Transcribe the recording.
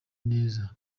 neza